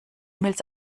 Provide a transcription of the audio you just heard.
mails